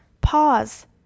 pause